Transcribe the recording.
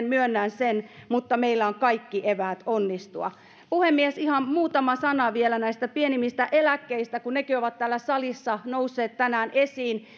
myönnän sen mutta meillä on kaikki eväät onnistua puhemies ihan muutama sana vielä näistä pienimmistä eläkkeistä kun nekin ovat täällä salissa nousseet tänään esiin